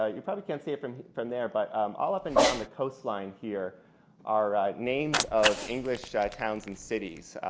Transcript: ah you probably can't see it from from there, but all up and down the coastline here are names of english towns and cities,